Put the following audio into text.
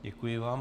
Děkuji vám.